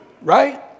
right